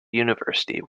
university